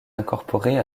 incorporée